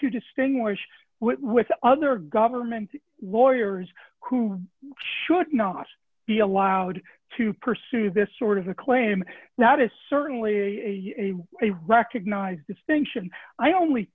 to distinguish what with other government lawyers who should not be allowed to pursue this sort of a claim that is certainly a recognized extension i only